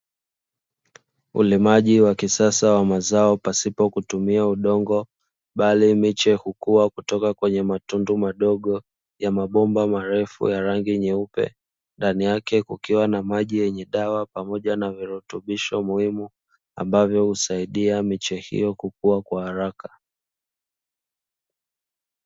Ulimaji wa kisasa wa mazao pasipo kutumia udongo, bali miche hukua kutoka kwenye matundu madogo ya mabomba marefu ya rangi nyeupe, ndani yake kukiwa na maji yenye dawa pamoja na virutubisho muhimu ambavyo husaidia miche hiyo kukua kwa haraka.